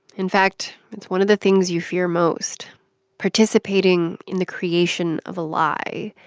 in fact, it's one of the things you fear most participating in the creation of a lie.